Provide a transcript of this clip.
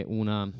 una